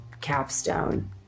capstone